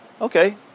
Okay